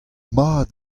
mat